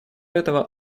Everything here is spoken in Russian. этого